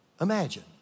Imagine